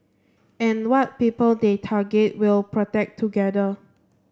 and what people they target we'll protect together